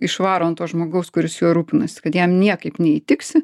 išvaro ant to žmogaus kuris juo rūpinasi kad jam niekaip neįtiksi